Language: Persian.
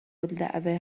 الدعوه